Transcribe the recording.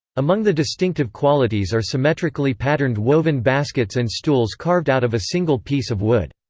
among the distinctive qualities are symmetrically patterned woven baskets and stools carved out of a single piece of wood.